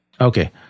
Okay